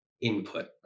input